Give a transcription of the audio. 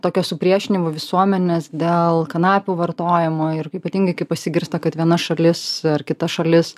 tokio supriešinimo visuomenės dėl kanapių vartojimo ir ypatingai kai pasigirsta kad viena šalis ar kita šalis